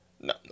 No